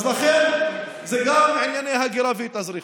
זה גם ענייני הגירה והתאזרחות,